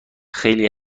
خیلی